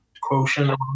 quotient